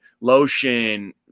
lotion